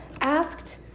asked